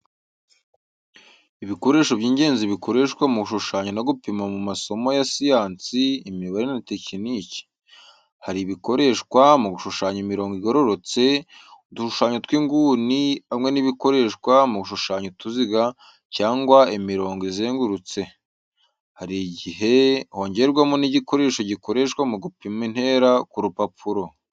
Ibikoresho by’ingenzi bikoreshwa mu gushushanya no gupima mu masomo ya siyansi, imibare, na tekiniki. Hari ibikoreshwa mu gushushanya imirongo igororotse, udushushanyo tw’inguni, hamwe nibikoreshwa mu gushushanya utuziga cyangwa imirongo izengurutse. Hari igihe hongerwamo n'igikoresho gikoreshwa mu gupima intera ku rupapuro.